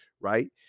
right